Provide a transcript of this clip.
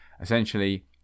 Essentially